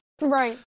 right